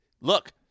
Look